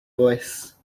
voice